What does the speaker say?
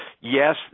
yes